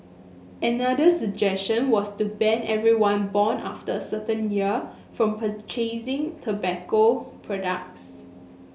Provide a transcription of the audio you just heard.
another suggestion was to ban everyone born after a certain year from purchasing tobacco products